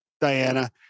Diana